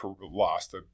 lost